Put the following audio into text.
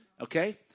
Okay